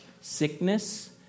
sickness